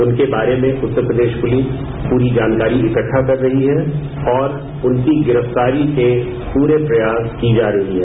उनके बारे में उत्तर प्रदेश पूलिस पूरी जानकारी इक्टा कर रही है और उनकी गिरफ्तारी के पूरे प्रयास की जा रही है